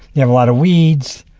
you have a lot of weeds.